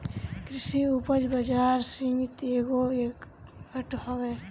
कृषि उपज बाजार समिति एगो एक्ट हवे